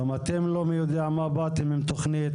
גם אתם לא מי יודע מה באתם עם תוכנית.